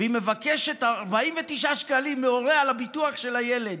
והיא מבקשת 49 שקלים מהורה על הביטוח של הילד.